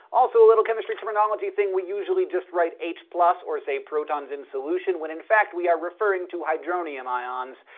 also a little chemistry terminology thing we usually just write h or say protons in solution when in fact we are referring to hydronium ions.